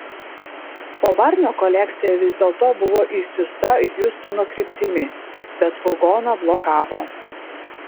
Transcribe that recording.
po barnio kolekcija vis dėlto buvo išsiųsta hjustono kryptimi bet furgoną blokavo